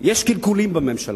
יש קלקולים בממשלה,